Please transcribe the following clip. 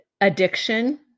addiction